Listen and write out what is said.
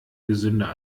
gesünder